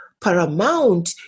paramount